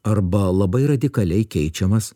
arba labai radikaliai keičiamas